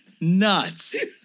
nuts